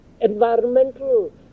environmental